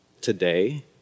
today